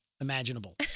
imaginable